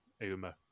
Uma